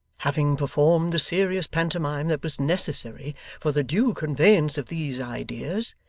having performed the serious pantomime that was necessary for the due conveyance of these idea,